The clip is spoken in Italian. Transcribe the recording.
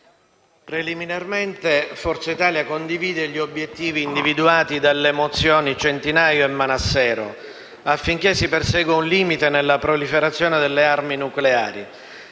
preliminarmente Forza Italia condivide gli obiettivi individuati dalle mozioni nn. 799 e 801 affinché si persegua un limite nella proliferazione delle armi nucleari.